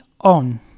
on